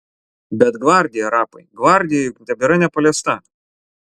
bet gvardija rapai gvardija juk tebėra nepaliesta